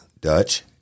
Dutch